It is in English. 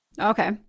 Okay